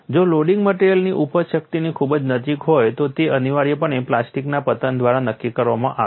જો લોડિંગ મટેરીઅલની ઉપજ શક્તિની ખૂબ જ નજીક હોય તો તે અનિવાર્યપણે પ્લાસ્ટિકના પતન દ્વારા નક્કી કરવામાં આવે છે